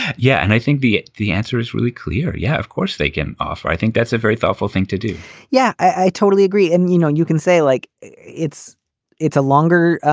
yeah. and i think the the answer is really clear. yeah, of course they can offer. i think that's a very thoughtful thing to do yeah, i totally agree. and you know, you can say like it's it's a longer